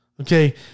Okay